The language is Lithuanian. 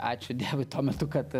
ačiū dievui tuo metu kad